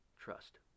Trust